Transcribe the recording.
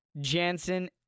Jansen